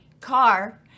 car